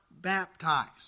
baptized